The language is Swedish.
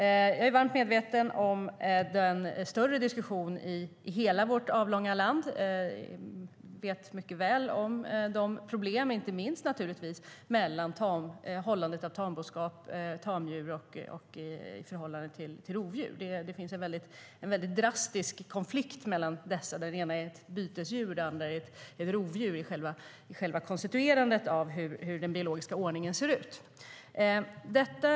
Jag är mycket medveten om den större diskussionen i hela vårt avlånga land, och jag är väl medveten om problemen, inte minst när det gäller hållande av tamboskap och tamdjur i förhållande till rovdjur. Det finns en mycket drastisk konflikt i detta sammanhang när det gäller själva konstituerandet av hur den biologiska ordningen ser ut. Det handlar å ena sidan om bytesdjur och å andra sidan om rovdjur.